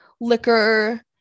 liquor